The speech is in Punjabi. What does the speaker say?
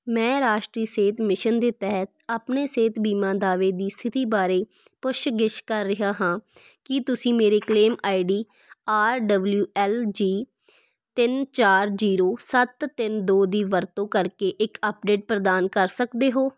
ਮੈਂ ਰਾਸ਼ਟਰੀ ਸਿਹਤ ਮਿਸ਼ਨ ਦੇ ਤਹਿਤ ਆਪਣੇ ਸਿਹਤ ਬੀਮਾ ਦਾਅਵੇ ਦੀ ਸਥਿਤੀ ਬਾਰੇ ਪੁੱਛ ਗਿੱਛ ਕਰ ਰਿਹਾ ਹਾਂ ਕੀ ਤੁਸੀਂ ਮੇਰੇ claim I D R W L G ਤਿੰਨ ਚਾਰ ਜੀਰੋ ਸੱਤ ਤਿੰਨ ਦੋ ਦੀ ਵਰਤੋਂ ਕਰਕੇ ਇੱਕ ਅੱਪਡੇਟ ਪ੍ਰਦਾਨ ਕਰ ਸਕਦੇ ਹੋ